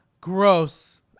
Gross